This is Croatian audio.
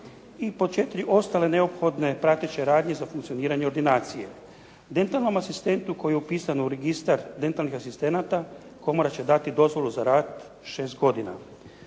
I pod četiri, ostale neophodne prateće radnje za funkcioniranje ordinacije. Dentalnom asistentu koji je upisan u registar dentalnih asistenata komora će dati dozvolu za rad 6 godina.